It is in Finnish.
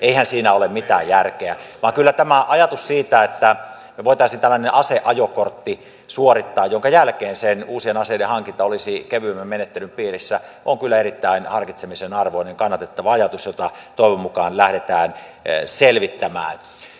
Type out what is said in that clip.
eihän siinä ole mitään järkeä vaan kyllä tämä ajatus siitä että me voisimme tällaisen aseajokortin suorittaa minkä jälkeen se uusien aseiden hankinta olisi kevyemmän menettelyn piirissä on kyllä erittäin harkitsemisen arvoinen kannatettava ajatus jota toivon mukaan lähdetään selvittämään